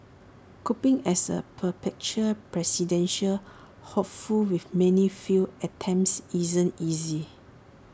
coping as A perpetual presidential hopeful with many failed attempts isn't easy